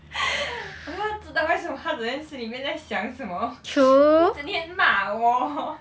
!wah! 不懂为什么他整天心里面在想什么他整天骂我:bui dong wei shen me ta zheng tian xin li mian zai xiang shen me ta zheng tian ma wo